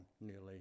nearly